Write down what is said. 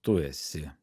tu esi